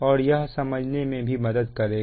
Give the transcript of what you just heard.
और यह समझने में भी मदद करेगा